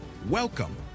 Welcome